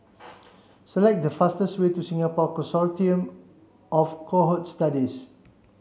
select the fastest way to Singapore Consortium of Cohort Studies